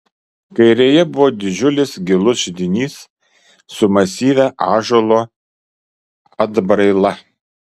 kairėje buvo didžiulis gilus židinys su masyvia ąžuolo atbraila